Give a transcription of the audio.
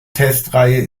testreihe